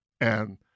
And-